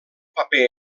paper